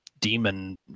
demon